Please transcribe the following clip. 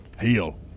heal